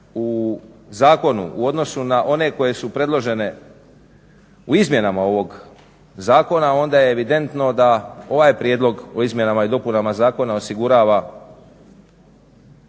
u zakonu u odnosu na one koje su predložene u izmjenama ovog zakona onda je evidentno da ovaj prijedlog o izmjenama i dopunama zakona osigurava